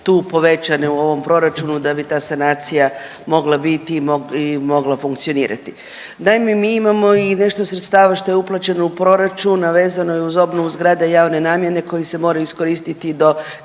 tu povećane u ovom proračunu da bi ta sanacija mogla biti i mogla funkcionirati. Naime, mi imamo i nešto sredstava što je uplaćeno u proračun, a vezano je uz obnovu zgrade javne namjene koji se mora iskoristiti do